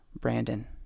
brandon